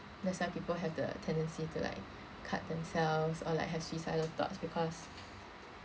that's why people have the tendency to like cut themselves or like have suicidal thoughts because